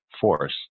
force